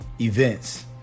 events